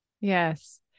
Yes